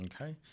okay